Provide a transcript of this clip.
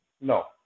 No